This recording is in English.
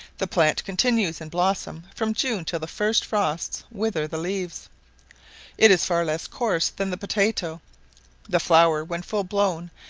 the plant continues in blossom from june till the first frosts wither the leaves it is far less coarse than the potatoe the flower, when full blown,